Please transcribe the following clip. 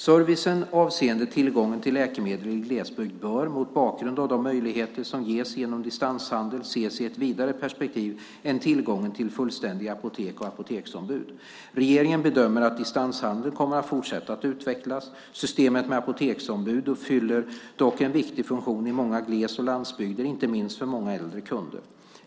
Servicen avseende tillgången till läkemedel i glesbygd bör, mot bakgrund av de möjligheter som ges genom distanshandel, ses i ett vidare perspektiv än tillgången till fullständiga apotek och apoteksombud. Regeringen bedömer att distanshandeln kommer att fortsätta att utvecklas. Systemet med apoteksombud fyller dock en viktig funktion i många gles och landsbygder, inte minst för många äldre kunder.